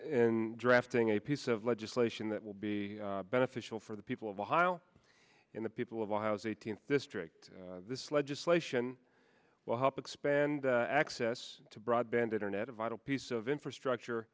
in drafting a piece of legislation that will be beneficial for the people of ohio in the people of oz eighteenth district this legislation will help expand access to broadband internet a vital piece of infrastructure